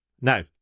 Now